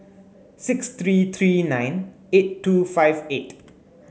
six three three nine eight two five eight